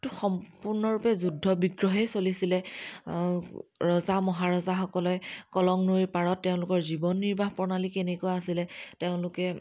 সম্পূৰ্ণৰূপে যুদ্ধ বিগ্ৰহেই চলিছিলে ৰজা মহাৰজাসকলে কলং নৈৰ পাৰত তেওঁলোকৰ জীৱন নিৰ্বাহ প্ৰণালী কেনেকুৱা আছিলে তেওঁলোকে